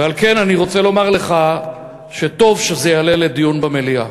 ועל כן אני רוצה לומר לך שטוב שזה יעלה לדיון במליאה.